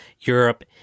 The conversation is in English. Europe